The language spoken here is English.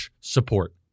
support